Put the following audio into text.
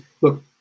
look